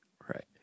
Right